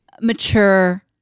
Mature